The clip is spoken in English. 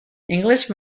english